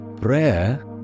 Prayer